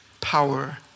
power